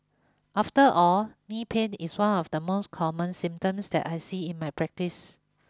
after all knee pain is one of the most common symptoms that I see in my practice